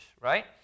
right